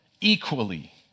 equally